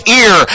ear